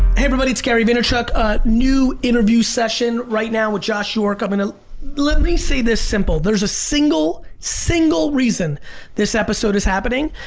everybody. it's gary vaynerchuk ah new interview session right now with josh york. um and ah let me see this simple. there's a single, single reason this episode is happening,